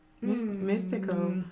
Mystical